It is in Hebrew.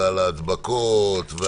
על ההדבקות,